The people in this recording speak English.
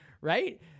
Right